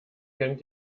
kennt